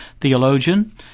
theologian